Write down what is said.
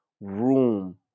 room